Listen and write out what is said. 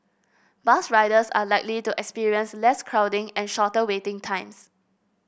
bus riders are likely to experience less crowding and shorter waiting times